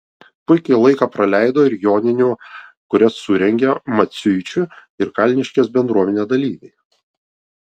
puikiai laiką praleido ir joninių kurias surengė maciuičių ir kalniškės bendruomenė dalyviai